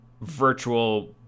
virtual